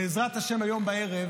בעזרת השם, היום בערב